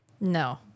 no